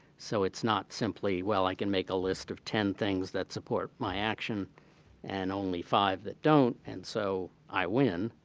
so, it's not simply, well, i can make a list of ten things that support my action and only five that don't, and so i win.